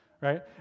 right